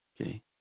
okay